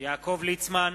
יעקב ליצמן,